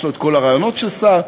יש לו כל הראיונות של שר,